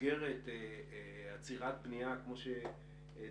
שבמסגרת עצירת בנייה כמו שתיארת,